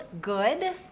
good